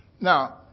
Now